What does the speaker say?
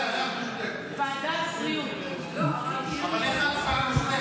כי ההצעה תעבור לוועדת הבריאות כהצעה לסדר-היום.